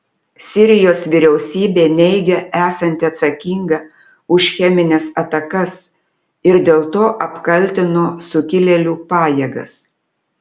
sirijos vyriausybė neigia esanti atsakinga už chemines atakas ir dėl to apkaltino sukilėlių pajėgas